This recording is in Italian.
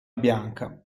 bianca